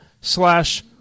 slash